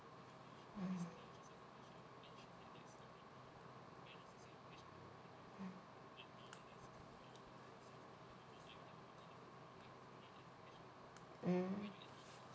mm mm